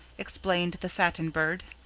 explained the satin bird,